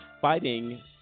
fighting